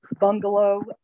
bungalow